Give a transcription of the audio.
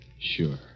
Sure